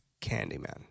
Candyman